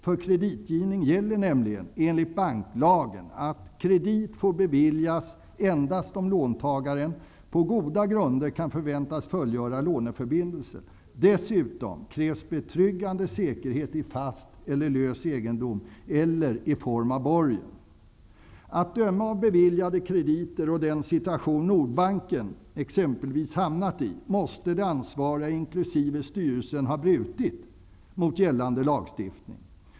För kreditgivning gäller nämligen, enligt banklagen, att ''kredit får beviljas endast om låntagaren på goda grunder kan förväntas fullgöra låneförbindelsen. Dessutom krävs betryggande säkerhet i fast eller lös egendom eller i form av borgen.'' Att döma av beviljade krediter och den situation t.ex. Nordbanken hamnat i måste de ansvariga, inkl. styrelsen, ha brutit mot gällande lagstiftning.